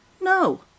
no